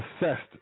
assessed